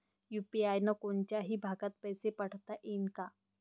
UPI न कोनच्याही भागात पैसे पाठवता येईन का?